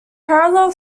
parallel